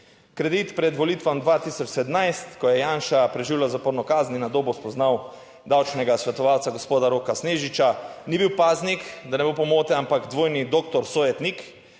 Kredit pred volitvami 2017, ko je Janša preživljal zaporno kazen, je na Dobu, spoznal davčnega svetovalca gospoda Roka Snežiča, ni bil paznik, da ne bo pomote, ampak dvojni doktor sojetnik.